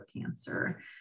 cancer